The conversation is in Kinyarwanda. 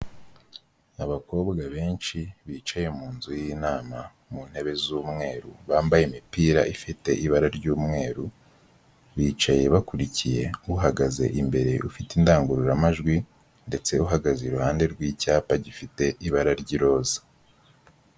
Abakobwa benshi bicaye mu nzu y'inama mu ntebe z'umweru bambaye imipira ifite ibara ry'umweru, bicaye bakurikiye uhagaze imbere rufite indangururamajwi ndetse uhagaze i ruhande rw'icyapa gifite ibara ry'iroza.